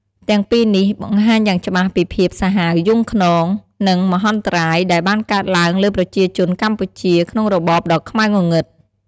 ទាំងពីរនេះ បង្ហាញយ៉ាងច្បាស់ពីភាពសាហាវយង់ឃ្នង និងមហន្តរាយដែលបានកើតឡើងលើប្រជាជនកម្ពុជា ក្នុងរបបដ៏ខ្មៅងងឹត។